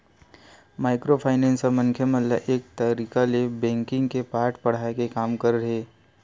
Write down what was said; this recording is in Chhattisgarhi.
माइक्रो फायनेंस ह मनखे मन ल एक तरिका ले बेंकिग के पाठ पड़हाय के काम करे हे